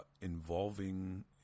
involving